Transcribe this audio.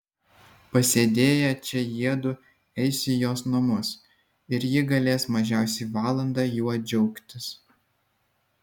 pasėdėję čia jiedu eis į jos namus ir ji galės mažiausiai valandą juo džiaugtis